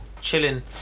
chilling